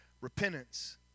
Repentance